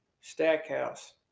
Stackhouse